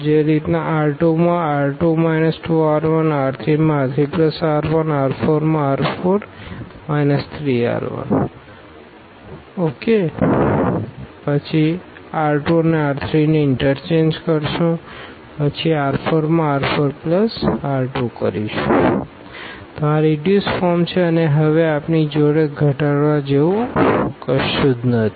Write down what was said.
R2R2 2R1 R3R3R1 R4R4 3R1 b1 0 4 3 R2R3 b1 4 0 3 R4R4R2 b1 4 0 1 R4R4 3R3 b1 4 0 1 તો આ reduce form છે અને હવે આપણી જોડે ઘટાડવા જેવું કશું નથી